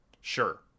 Sure